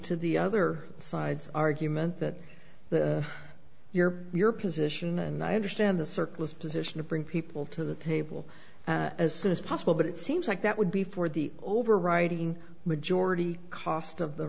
to the other side's argument that the your your position and i understand the surplus position to bring people to the table as soon as possible but it seems like that would be for the overriding majority cost of the